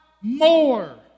more